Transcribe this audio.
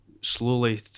slowly